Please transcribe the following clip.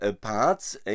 parts